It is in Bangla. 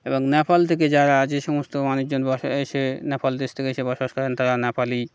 এবং নেপাল থেকে যারা যে সমস্ত মানুষজন বস এসে নেপাল দেশ থেকে এসে বসবাস করেন তারা নেপালি